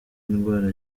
indwara